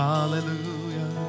Hallelujah